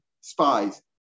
spies